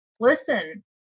listen